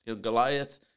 goliath